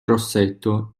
rosetto